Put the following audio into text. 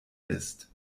ist